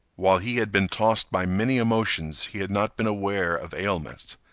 while he had been tossed by many emotions, he had not been aware of ailments.